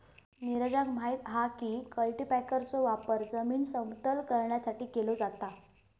नीरजाक माहित हा की कल्टीपॅकरचो वापर जमीन समतल करण्यासाठी केलो जाता